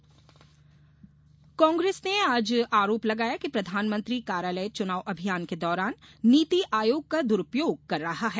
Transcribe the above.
कांग्रेस आरोप कांग्रेस ने आज आरोप लगाया कि प्रधानमंत्री कार्यालय चुनाव अभियान के दौरान नीति आयोग का दुरूपयोग कर रहा है